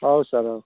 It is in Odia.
ହଉ ସାର୍ ହଉ